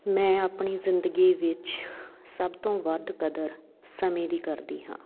ਮੈਂ ਆਪਣੀ ਜ਼ਿੰਦਗੀ ਵਿੱਚ ਸਭ ਤੋਂ ਵੱਧ ਕਦਰ ਸਮੇਂ ਦੀ ਕਰਦੀ ਹਾਂ